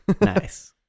nice